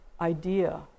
idea